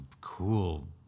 cool